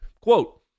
Quote